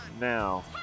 now